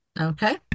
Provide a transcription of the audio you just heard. okay